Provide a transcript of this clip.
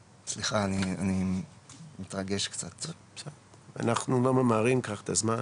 אני אדבר רגע על המימדים של הדבר